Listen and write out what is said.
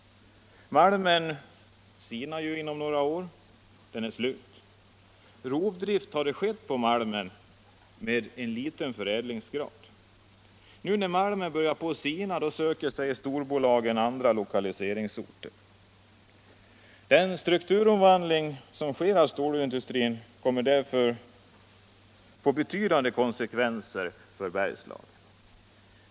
Malmen sinar inom några år. Den är slut. Rovdrift har skett på malmen med en låg förädlingsgrad. Nu när malmen börjar sina, så söker sig storbolagen andra lokaliseringsorter. Den strukturomvandling av storindustrin som sker kommer därför att få betydande konsekvenser för Bergslagen.